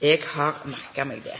Eg har merka meg det.